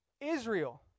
Israel